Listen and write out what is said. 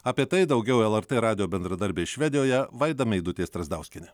apie tai daugiau lrt radijo bendradarbė švedijoje vaida meidutė strazdauskienė